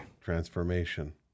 Transformation